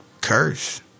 curse